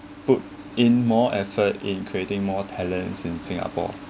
put in more effort in creating more talents in singapore